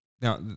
Now